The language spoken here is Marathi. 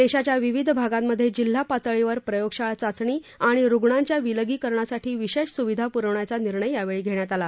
देशाच्या विविध भागांमधे जिल्हा पातळीवर प्रयोगशाळा चाचणी आणि रुग्णांच्या विलगीकरणासाठी विशेष सुविधा पुरवण्याचा निर्णय यावेळी घेण्यात आला